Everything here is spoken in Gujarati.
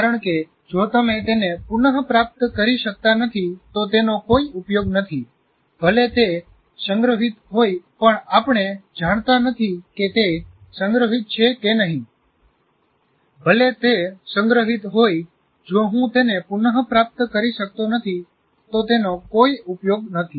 કારણ કે જો તમે તેને પુન પ્રાપ્ત કરી શકતા નથી તો તેનો કોઈ ઉપયોગ નથી ભલે તે સંગ્રહિત હોય પણ આપણે જાણતા નથી કે તે સંગ્રહિત છે કે નહીં ભલે તે સંગ્રહિત હોય જો હું તેને પુન પ્રાપ્ત કરી શકતો નથી તો તેનો કોઈ ઉપયોગ નથી